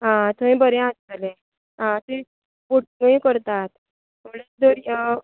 आं थंय बरें आसतलें आं ती बोटींगूय करतात अं